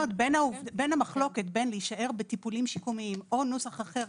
בין המחלוקת בין להישאר בטיפולים שיקומיים או נוסח אחר,